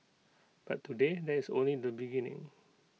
but today that's only the beginning